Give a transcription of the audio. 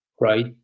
right